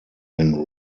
when